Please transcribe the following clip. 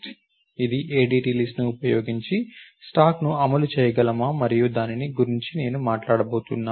మనం ADT list ను ఉపయోగించి స్టాక్ను అమలు చేయగలమా మరియు దాని గురించి నేను మాట్లాడబోతున్నాను